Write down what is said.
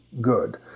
good